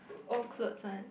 old clothes one